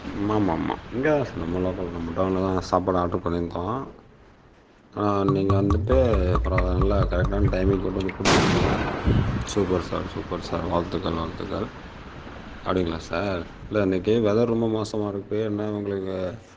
ஆமாம்மாம்மா இங்கே தான் சார் தான் நம்ம லோக்கல் தான் நம்ம டவுன்ல தான் சாப்பாடு ஆர்டர் பண்ணியிருந்தோம் நீங்கள் வந்துட்டு பரவாயில்ல நல்ல கரெக்டான டைமிங்க்கு கொண்டு வந்து கொடுத்துட்டீங்க சூப்பர் சார் சூப்பர் சார் வாழ்த்துக்கள் வாழ்த்துக்கள் அப்படிங்களா சார் இல்லை இன்றைக்கு வெதர் ரொம்ப மோசமாக இருக்குது என்ன உங்களுக்கு